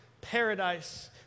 paradise